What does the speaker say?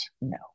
no